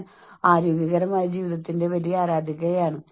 നിങ്ങൾ ആകാംക്ഷാഭരിതനാകാം